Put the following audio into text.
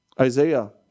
Isaiah